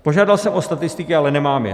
Požádal jsem o statistiky, ale nemám je.